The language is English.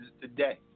today